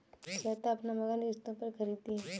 श्वेता अपना मकान किश्तों पर खरीदी है